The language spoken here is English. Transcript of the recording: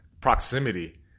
proximity